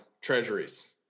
treasuries